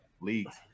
leagues